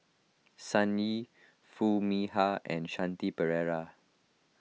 Sun Yee Foo Mee Har and Shanti Pereira